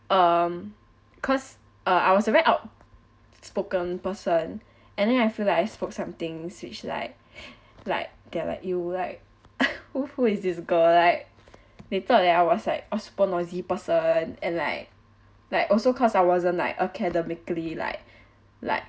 um cause uh I was a very outspoken person and then I feel like I spoke something which like like get at you like who who is this girl like they thought I was like oh super nosy person and like like also cause I wasn't like academically like like